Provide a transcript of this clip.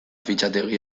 fitxategi